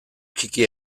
txiki